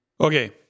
Okay